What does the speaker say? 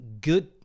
good